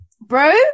Bro